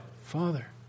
Father